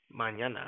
mañana